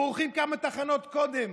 בורחים כמה תחנות קודם.